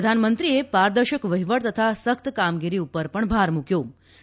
પ્રધાનમંત્રીએ પારદર્શક વહિવટ તથા સખ્ત કામગીરી પર ભાર મૂકથો ફતો